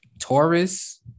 Taurus